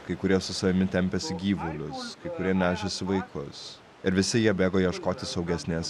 kai kurie su savimi tempėsi gyvulius kai kurie nešėsi vaikus ir visi jie bėgo ieškoti saugesnės